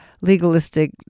legalistic